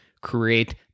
create